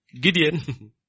Gideon